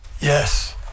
Yes